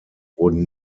wurden